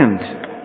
Second